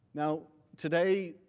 now, today,